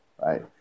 right